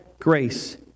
grace